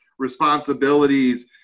responsibilities